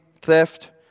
theft